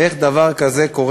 איך דבר כזה קורה?